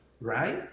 right